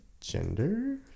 gender